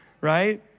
right